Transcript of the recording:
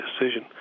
decision